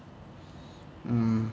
mm